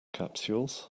capsules